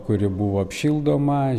kuri buvo apšildoma